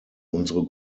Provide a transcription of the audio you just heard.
unsere